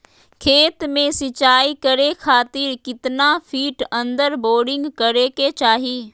खेत में सिंचाई करे खातिर कितना फिट अंदर बोरिंग करे के चाही?